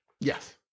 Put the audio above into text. Yes